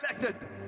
elected